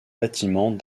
bâtiments